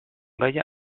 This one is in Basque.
gaia